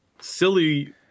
silly